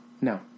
No